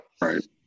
Right